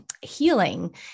healing